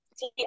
See